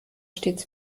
stets